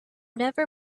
never